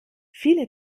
viele